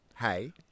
Hey